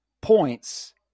points